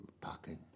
pocket